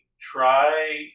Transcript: try